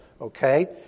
Okay